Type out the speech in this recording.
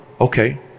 okay